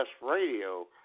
Radio